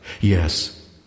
Yes